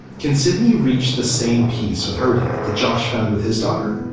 can sydney reach the same peace with her dad? the josh found with his daughter?